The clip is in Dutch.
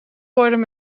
worden